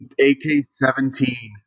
AK-17